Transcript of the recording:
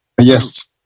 Yes